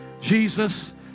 Jesus